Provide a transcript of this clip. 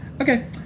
Okay